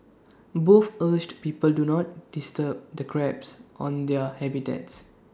both urged people to not disturb the crabs on their habitats